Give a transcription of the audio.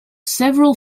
several